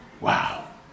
Wow